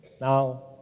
Now